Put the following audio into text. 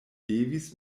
devis